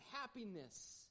happiness